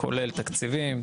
כולל תקציבים,